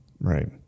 Right